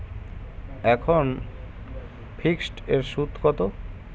এখন ফিকসড এর সুদ কত?